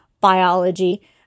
biology